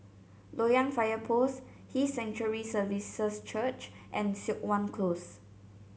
Loyang Fire Post His Sanctuary Services Church and Siok Wan Close